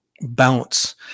bounce